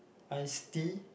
iced tea